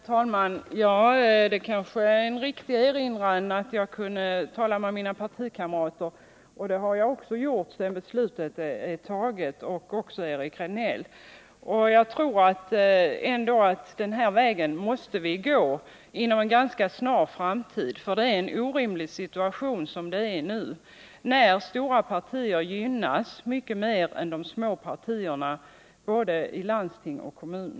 Herr talman! Det kanske är en riktig erinran att jag kunde ha talat med mina partikamrater, och det har jag och Eric Rejdnell också gjort sedan beslutet var fattat. Jag tror att vi måste gå den här vägen inom en ganska snar framtid. Den situation vi nu har är orimlig: Stora partier gynnas mycket mer än de små partierna både i landsting och kommun.